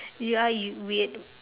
you are you weird